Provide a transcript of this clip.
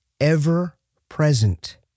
Ever-present